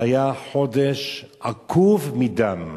זה היה חודש עקוב מדם.